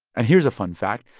and here's a fun fact.